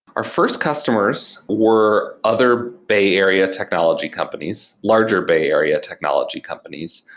our first customers were other bay area technology companies, larger bay area technology companies.